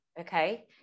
okay